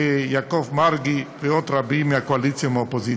יעקב מרגי ועוד רבים מהקואליציה ומהאופוזיציה,